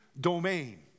domain